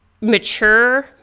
mature